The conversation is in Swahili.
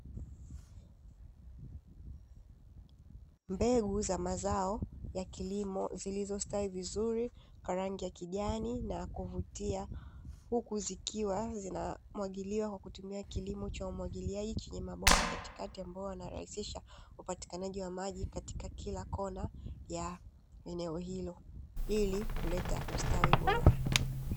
Mbegu za mazao ya kilimo zilizostawi vizuri kwa rangi ya kijani na yakuvutia huku zikiwa zinamwagiliwa kwa kutumia kilimo cha umwagiliaji, chenye mabomba katikati ambayo yanarahisisha upatikanaji wa maji katika kila kona ya eneo hilo ili kuleta ustawi bora.